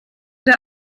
der